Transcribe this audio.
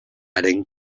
haren